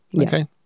okay